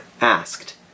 asked